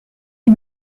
est